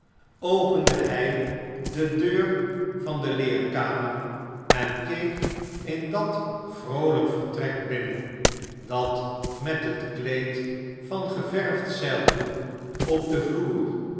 opende hij de deur van de leerkamer en keek in dat vroolijke vertrek binnen dat met het kleed van geverfd zeildoek op den vloer